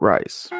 Rice